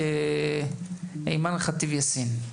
אימאן ח'טיב יאסין,